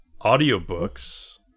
audiobooks